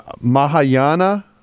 Mahayana